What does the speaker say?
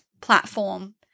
platform